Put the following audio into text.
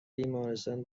بیمارستان